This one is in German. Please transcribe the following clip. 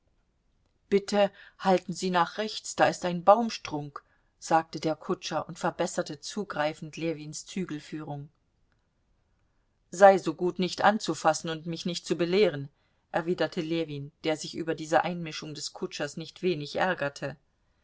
bitte halten sie nach rechts da ist ein baumstrunk sagte der kutscher und verbesserte zugreifend ljewins zügelführung sei so gut nicht anzufassen und mich nicht zu belehren erwiderte ljewin der sich über diese einmischung des kutschers nicht wenig ärgerte